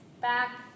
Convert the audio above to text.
back